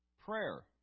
Prayer